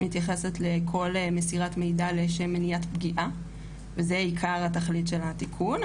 היא מתייחסת לכל מסירת מידע לשם מניעת פגיעה וזה עיקר התכלית של התיקון.